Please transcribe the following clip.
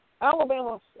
Alabama